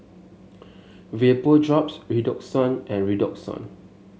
Vapodrops Redoxon and Redoxon